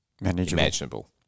imaginable